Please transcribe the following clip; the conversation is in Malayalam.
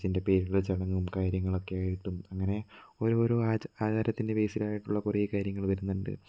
ആ കൊച്ചിന്റെ പേരിടൽ ചടങ്ങും കാര്യങ്ങളൊക്കെ ആയിട്ടും അങ്ങനെ ഓരോരോ ആചാ ആചാരത്തിന്റെ ബേസിലായിട്ടുള്ള കുറെ കാര്യങ്ങൾ വരുന്നുണ്ട്